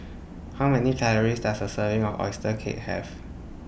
How Many Calories Does A Serving of Oyster Cake Have